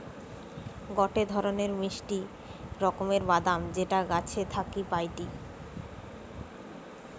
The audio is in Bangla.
গটে ধরণের মিষ্টি রকমের বাদাম যেটা গাছ থাকি পাইটি